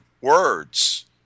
words